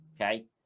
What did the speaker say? Okay